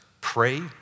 pray